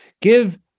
give